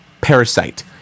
Parasite